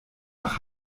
nach